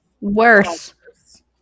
worse